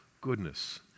goodness